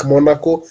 Monaco